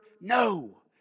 No